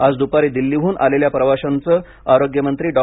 आज द्पारी दिल्लीहून आलेल्या प्रवाशांच आरोग्यमंत्री डॉ